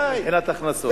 מאושרת מבחינת הכנסות.